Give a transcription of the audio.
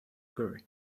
curry